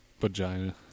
Vagina